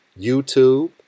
YouTube